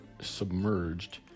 submerged